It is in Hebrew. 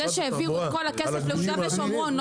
זה שהעבירו את כל הכסף ליהודה ושומרון לא